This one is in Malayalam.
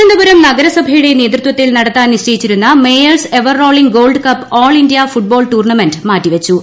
തിരുവനന്തപുരം നഗരസഭയുടെ നേതൃത്വത്തിൽ നടത്താൻ നിശ്ചയിച്ചിരുന്ന mayor's ever rolling gold cup all India football tournament മാറ്റി വച്ചു